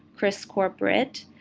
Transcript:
chris corporate,